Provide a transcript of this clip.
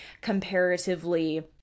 comparatively